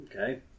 Okay